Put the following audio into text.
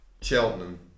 Cheltenham